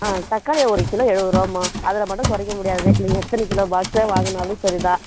ஆ தக்காளி ஒரு கிலோ எழுபது ரூவாம்மா அதில் மட்டும் குறைக்க முடியாது நீங்கள் எத்தனை கிலோ பாக்ஸாக வாங்குனாலும் சரி தான்